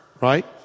Right